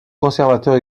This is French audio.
conservateur